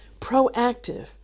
proactive